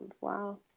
Wow